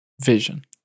vision